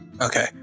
Okay